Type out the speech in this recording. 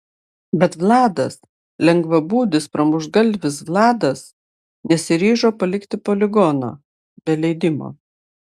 bet vladas lengvabūdis pramuštgalvis vladas nesiryžo palikti poligono be leidimo